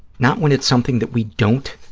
not when it's something that we don't